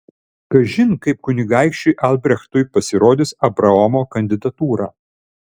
kažin kaip kunigaikščiui albrechtui pasirodys abraomo kandidatūra